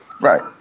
Right